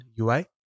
UI